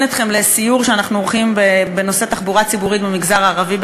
אתכם לסיור שאנחנו עורכים בקרוב בנושא תחבורה ציבורית במגזר הערבי,